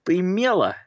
tai miela